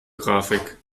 grafik